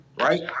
right